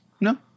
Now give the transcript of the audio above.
No